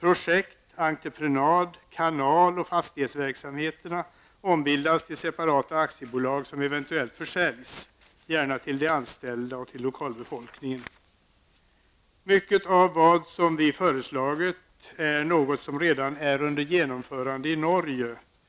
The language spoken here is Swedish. Projekt-, entreprenad-, kanal och fastighetsverksamheterna ombildas till separata aktiebolag, som eventuellt försäljs, gärna till de anställda och till lokalbefolkningen. Mycket av det vi föreslagit är redan under genomförande i Norge.